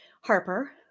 Harper